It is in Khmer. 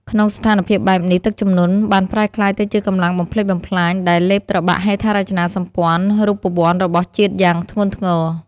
ក្នុងស្ថានភាពបែបនេះ ទឹកជំនន់បានប្រែក្លាយទៅជាកម្លាំងបំផ្លិចបំផ្លាញដែលលេបត្របាក់ហេដ្ឋារចនាសម្ព័ន្ធរូបវន្តរបស់ជាតិយ៉ាងធ្ងន់ធ្ងរ។